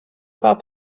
about